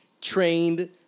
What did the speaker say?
trained